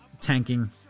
tanking